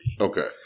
Okay